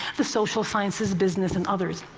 the social sciences, business and others.